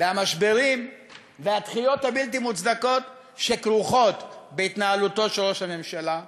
והמשברים והדחיות הבלתי מוצדקות שכרוכות בהתנהלותו של ראש הממשלה.